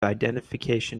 identification